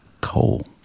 coal